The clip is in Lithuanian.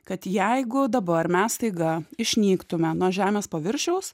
kad jeigu dabar mes staiga išnyktume nuo žemės paviršiaus